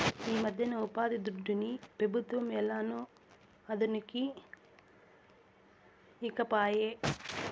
ఈమధ్యన ఉపాధిదుడ్డుని పెబుత్వం ఏలనో అదనుకి ఈకపాయే